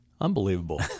unbelievable